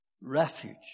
Refuge